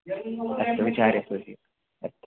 अस्तु अस्तु